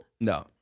No